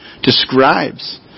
describes